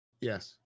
Yes